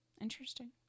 Interesting